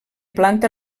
planta